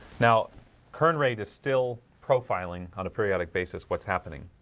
now kern rate is still profiling on a periodic basis what's happening?